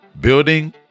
Building